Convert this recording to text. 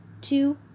two